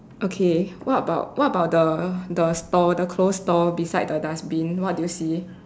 okay what about what about the the store the closed store beside the dustbin what do you see